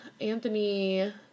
Anthony